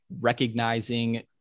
recognizing